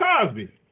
Cosby